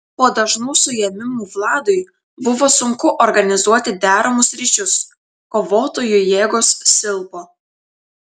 po dažnų suėmimų vladui buvo sunku organizuoti deramus ryšius kovotojų jėgos silpo